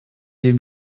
dem